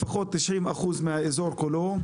לפחות תשעים אחוז מהאזור כולו,